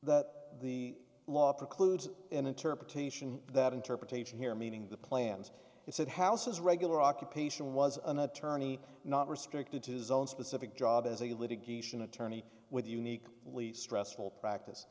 that the law precludes an interpretation that interpretation here meaning the plans he said houses regular occupation was an attorney not restricted to his own specific job as a litigation attorney with the unique least stressful practice